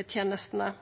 helsetenestene.